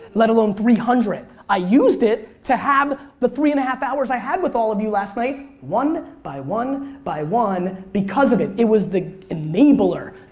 let alone three hundred. i used it to have the three and half hours i had with all of you last night one by one by one because of it. it was the enabler.